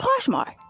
Poshmark